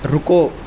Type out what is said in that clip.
رکو